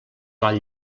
val